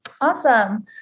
Awesome